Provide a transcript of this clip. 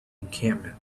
encampment